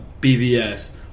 BVS